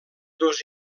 dos